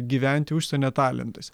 gyventi užsienio talentuose